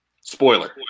spoiler